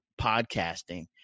podcasting